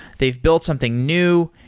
they've built something new,